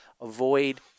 avoid